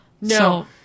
no